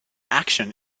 action